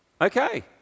okay